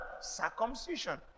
circumcision